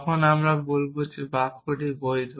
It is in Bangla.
তখন আমরা বলব বাক্যটি বৈধ